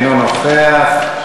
אינו נוכח,